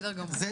זה